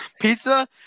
Pizza